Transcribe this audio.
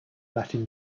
latin